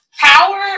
power